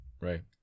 Right